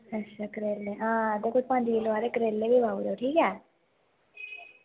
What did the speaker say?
अच्छा तां पंज किलो हारे करेले बी पाई ओड़ेओ ठीक ऐ